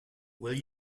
will